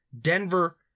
Denver